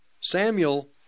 Samuel